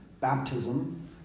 baptism